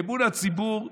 אמון הציבור ברבנות,